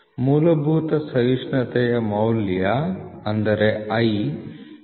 ಮೂಲಭೂತ ಸಹಿಷ್ಣುತೆಯ ಮೌಲ್ಯ i